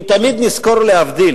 אם תמיד נזכור להבדיל